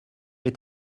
est